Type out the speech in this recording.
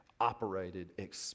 operated